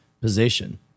position